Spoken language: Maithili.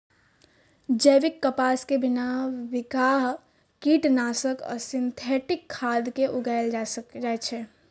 जैविक कपास कें बिना बिखाह कीटनाशक आ सिंथेटिक खाद के उगाएल जाए छै